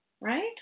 Right